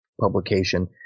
publication